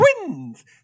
twins